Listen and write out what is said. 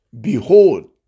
Behold